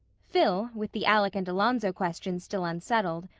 phil, with the alec-and-alonzo question still unsettled,